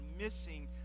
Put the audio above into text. missing